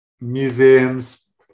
museums